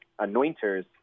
anointers